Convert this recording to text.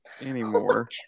anymore